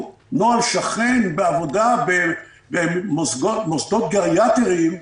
נוהל שכן בעבודה במוסדות גריאטריים,